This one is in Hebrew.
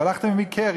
"הלכתם עמי קרי",